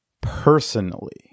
personally